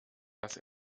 dass